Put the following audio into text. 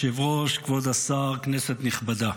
אדוני היושב-ראש, כבוד השר, כנסת נכבדה,